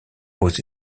aux